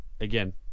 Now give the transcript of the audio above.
again